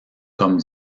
comme